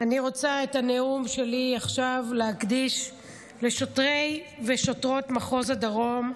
אני רוצה להקדיש את הנאום שלי עכשיו לשוטרי ושוטרות מחוז הדרום.